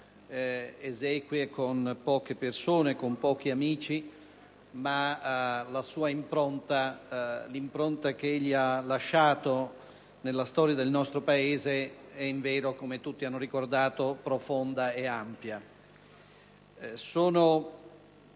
(ha voluto esequie con pochi amici), ma la sua impronta, l'impronta che ha lasciato nella storia del nostro Paese, è invero, come tutti hanno ricordato, profonda ed ampia. Sono